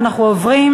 ואנחנו עוברים